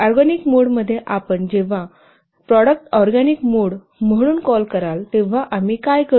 organic mode मध्ये आपण जेव्हा आपण प्रॉडक्ट ऑरगॅनिक मोड म्हणून कॉल कराल तेव्हा आम्ही काय करू